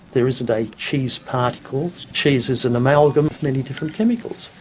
there isn't a cheese particle. cheese is an amalgam of many different chemicals,